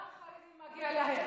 גם חרדים, גם חרדים, מגיע להם.